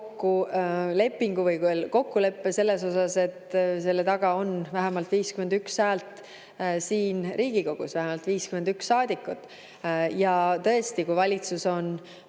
kes saab kokkuleppe selles osas, et selle taga on vähemalt 51 häält siin Riigikogus, vähemalt 51 saadikut. Ja tõesti, kui valitsus on